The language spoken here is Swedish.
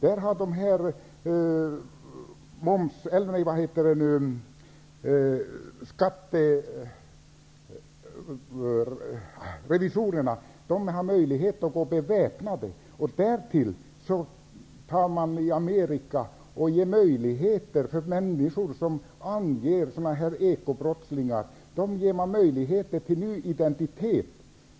Där har revisorerna möjlighet att vara beväpnade. Därtill ger man i Amerika människor, som anger ekobrottslingar, möjlighet till ny identitet.